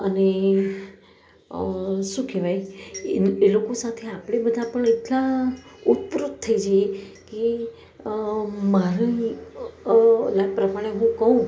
અને શું કહેવાય એ લોકો સાથે આપણે બધા પણ એટલા ઓતપ્રોત થઈ જઈએ કે મારી લત પ્રમાણે હું કહું